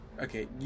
Okay